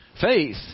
faith